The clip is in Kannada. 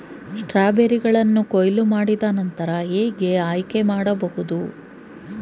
ಸ್ಟ್ರಾಬೆರಿಗಳನ್ನು ಕೊಯ್ಲು ಮಾಡಿದ ನಂತರ ಹೇಗೆ ಆಯ್ಕೆ ಮಾಡಬಹುದು?